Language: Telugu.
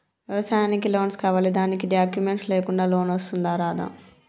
వ్యవసాయానికి లోన్స్ కావాలి దానికి డాక్యుమెంట్స్ లేకుండా లోన్ వస్తుందా రాదా?